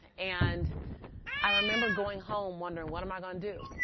and i remember going home wondering, what am i going to do?